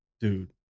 dude